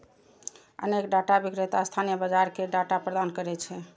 अनेक डाटा विक्रेता स्थानीय बाजार कें डाटा प्रदान करै छै